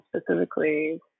specifically